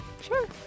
sure